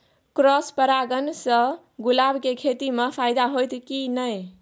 Cross परागण से गुलाब के खेती म फायदा होयत की नय?